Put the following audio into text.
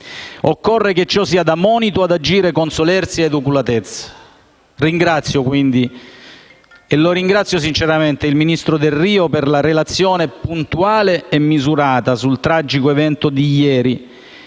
occorre che ciò sia da monito ad agire con solerzia e oculatezza. Ringrazio sinceramente, quindi, il ministro Delrio per la relazione puntuale e misurata sul tragico evento di ieri,